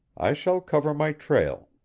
i shall cover my trail.